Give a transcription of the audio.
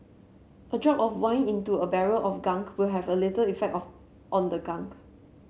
a drop of wine into a barrel of gunk will have a little effect of on the gunk